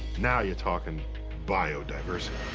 now you're talking biodiversity.